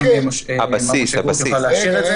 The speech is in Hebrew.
גם מר משה גורט יוכל לאשר את זה.